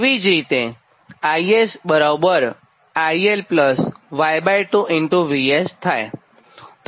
એવી જ રીતેIS ILY2 VS થાય